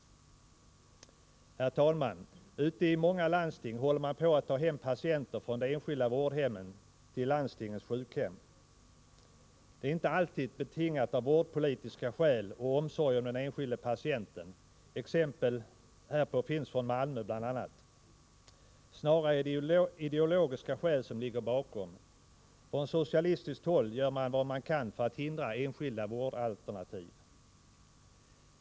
Herr talman! Ute i många landsting håller man på att ta hem patienter från de enskilda vårdhemmen till landstingens sjukhem. Detta är inte alltid betingat av vårdpolitiska skäl och av omsorg om den enskilde patienten. Exempel härpå finns från bl.a. Malmö. Snarare är det ideologiska skäl som ligger bakom. Från socialistiskt håll gör man vad man kan för att hindra enskilda vårdalternativ.